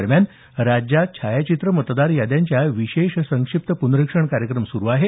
दरम्यान राज्यात छायाचित्र मतदार याद्यांचा विशेष संक्षिप्त पुनरिक्षण कार्यक्रम सुरू आहे